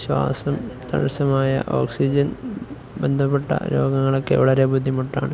ശ്വാസം തടസമായ ഓക്സിജൻ ബന്ധപ്പെട്ട രോഗങ്ങള്ക്കൊക്കെ വളരെ ബുദ്ധിമുട്ടാണ്